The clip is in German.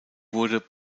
wurde